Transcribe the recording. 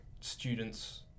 students